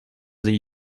the